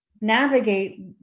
navigate